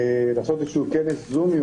לעשות איזה שהוא כנס זומי,